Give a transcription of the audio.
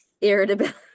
irritability